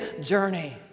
journey